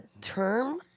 term